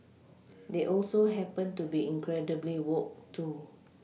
they also happen to be incredibly woke too